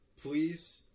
please